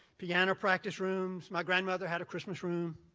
piano practice rooms. my grandmother had a christmas room.